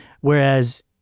Whereas